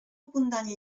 abundant